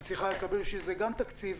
היא צריכה לקבל בשביל זה גם תקציב,